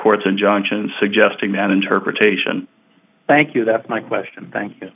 courts injunction suggesting that interpretation thank you that's my question thank you